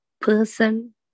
person